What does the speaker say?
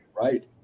Right